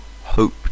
hope